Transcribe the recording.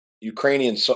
Ukrainian